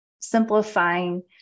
simplifying